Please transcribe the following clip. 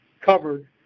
covered